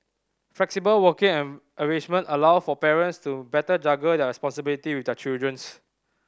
flexible working arrangement allowed for parents to better juggle their responsibility with their children